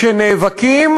כשנאבקים,